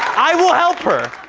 i will help her.